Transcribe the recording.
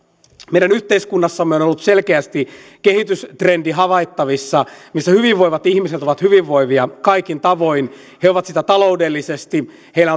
meidän yhteiskunnassamme on on ollut selkeästi havaittavissa kehitystrendi missä hyvinvoivat ihmiset ovat hyvinvoivia kaikin tavoin he ovat sitä taloudellisesti heillä